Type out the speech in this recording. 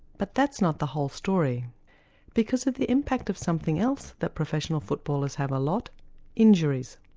but that's not the whole story because of the impact of something else that professional footballers have a lot injuries.